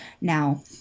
Now